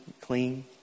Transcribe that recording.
clean